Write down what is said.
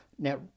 Now